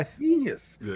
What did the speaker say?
genius